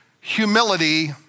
humility